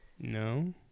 No